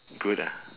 good ah